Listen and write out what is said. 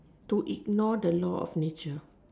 to ignore the law of nature